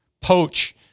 poach